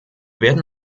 werden